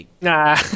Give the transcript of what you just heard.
Nah